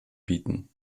bieten